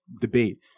debate